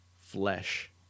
flesh